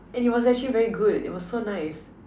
and it was actually very good it was so nice